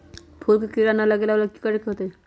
फूल में किरा ना लगे ओ लेल कि करे के होतई?